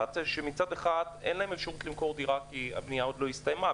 שמצד אחד אין להם אפשרות למכור דירה כי הבנייה עוד לא הסתיימה,